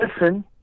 listen